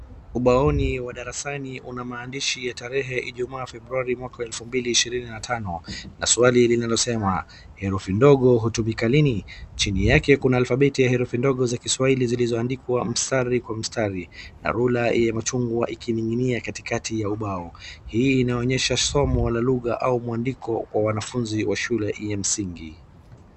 Ubaoni wa darasani una maandishi ya Ijumaa Februari mwaka wa elfu mbili ishirini na tano, na swali linalosema herufi ndogo hutumika lini, chini yake kuna alfabeti ya herufi ndogo za kiswahili zilizoandikwa mstari kwa mstari na rula ya machungwa ikining'inia katikati ya ubao. Hii inaonyesha somo la lugha au mwandiko wa wanafunzi wa shule hii ya msingi.